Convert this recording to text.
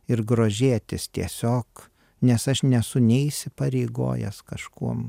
ir grožėtis tiesiog nes aš nesu nei įsipareigojęs kažkuom